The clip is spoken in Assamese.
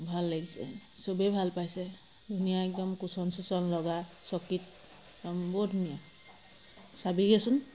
ভাল লাগিছে চবেই ভাল পাইছে ধুনীয়া একদম কুশ্বন চুশ্বন লগা চকীত বৰ ধুনীয়া চাবিগৈচোন